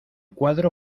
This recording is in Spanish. cuadro